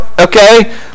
okay